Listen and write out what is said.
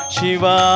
Shiva